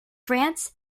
france